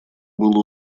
было